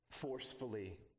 forcefully